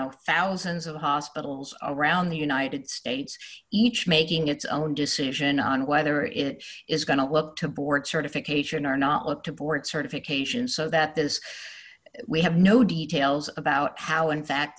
know thousands of hospitals around the united states each making its own decision on whether it is going to look to board certification or not look to port certification so that this we have no details about how in fact